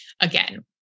again